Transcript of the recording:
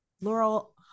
Laurel